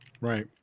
right